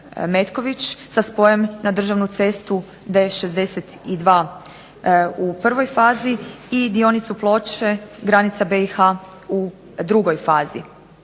sa spojem na državnu cestu D62 u prvoj fazi i dionicu Ploče-granica BiH u drugoj fazi.